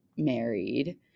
married